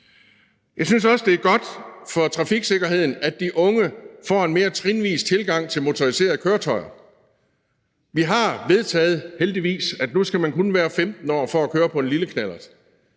Jeg synes også, at det er godt for trafiksikkerheden, at de unge får en mere trinvis tilgang til motoriserede køretøjer. Vi har vedtaget, heldigvis, at nu skal man kun være 15 år for at køre på en lille knallert.